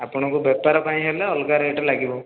ଆପଣଙ୍କ ବେପାର ପାଇଁ ହେଲେ ଅଲଗା ରେଟ୍ ଲାଗିବ